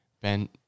Ben